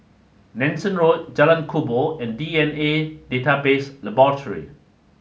Nanson Road Jalan Kubor and D N A Database Laboratory